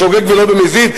בשוגג ולא במזיד,